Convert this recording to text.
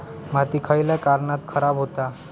माती खयल्या कारणान खराब हुता?